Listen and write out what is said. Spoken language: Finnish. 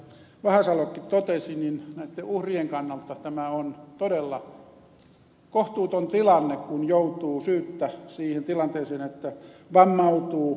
vahasalokin totesi näitten uhrien kannalta tämä on todella kohtuuton tilanne kun joutuu syyttä siihen tilanteeseen että vammautuu pysyvästi